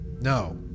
No